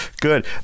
good